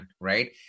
right